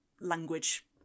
language